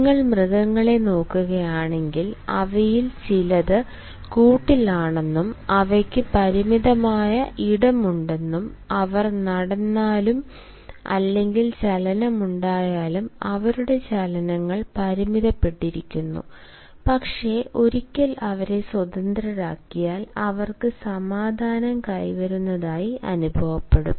നിങ്ങൾ മൃഗങ്ങളെ നോക്കുകയാണെങ്കിൽ അവയിൽ ചിലത് കൂട്ടിലാണെന്നും അവയ്ക്ക് പരിമിതമായ ഇടമുണ്ടെന്നും അവർ നടന്നാലും അല്ലെങ്കിൽ ചലനമുണ്ടായാലും അവരുടെ ചലനങ്ങൾ പരിമിതപ്പെടുത്തിയിരിക്കുന്നു പക്ഷേ ഒരിക്കൽ അവരെ സ്വതന്ത്രരാക്കിയാൽ അവര്ക്ക് സമാധാനം കൈവരുന്നതായി അനുഭവപ്പെടും